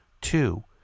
two